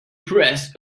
press